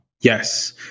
Yes